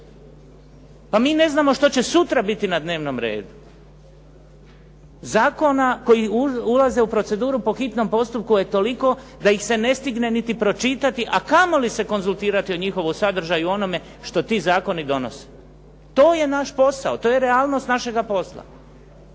Pa mi ne znamo što će sutra biti na dnevnom redu. Zakona koji ulaze u proceduru po hitnom postupku je toliko da ih se ne stigne niti pročitati, a kamo li se konzultirati o njihovu sadržaju i onome što ti zakoni donose. To je naš posao, to je realnost našega posla.